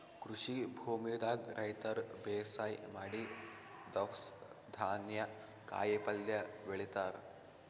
ಕೃಷಿ ಭೂಮಿದಾಗ್ ರೈತರ್ ಬೇಸಾಯ್ ಮಾಡಿ ದವ್ಸ್ ಧಾನ್ಯ ಕಾಯಿಪಲ್ಯ ಬೆಳಿತಾರ್